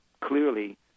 clearly